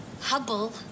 Hubble